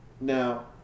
Now